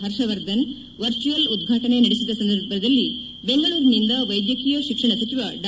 Harshvardhan virtual ಉದ್ಯಾಟನೆ ನಡೆಸಿದ ಸಂದರ್ಭದಲ್ಲಿ ಬೆಂಗಳೂರಿನಿಂದ ವೈದ್ಯಕೀಯ ಶಿಕ್ಷಣ ಸಚಿವ ಡಾ